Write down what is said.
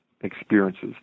experiences